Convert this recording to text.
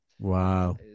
Wow